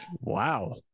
wow